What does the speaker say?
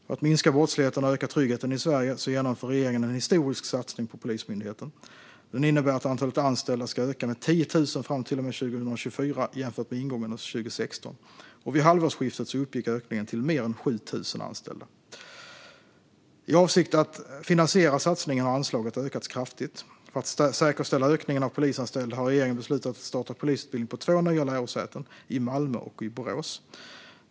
För att minska brottsligheten och öka tryggheten i Sverige genomför regeringen en historisk satsning på Polismyndigheten. Den innebär att antalet anställda ska öka med 10 000 fram till och med 2024 jämfört med ingången av 2016. Vid halvårsskiftet uppgick ökningen till mer än 7 000 anställda. I avsikt att finansiera satsningen har anslaget ökats kraftigt. För att säkerställa ökningen av antalet polisanställda har regeringen beslutat att starta polisutbildning på två nya lärosäten, i Malmö och Borås.